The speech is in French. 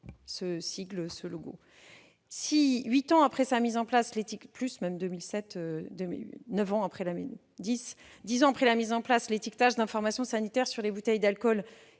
ce pictogramme. Si, dix ans après sa mise en place, l'étiquetage d'informations sanitaires sur les bouteilles d'alcool